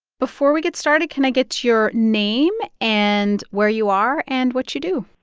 before we get started, can i get your name and where you are and what you do?